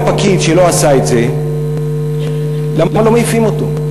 הפקיד שלא עשה את זה למה לא מעיפים אותו?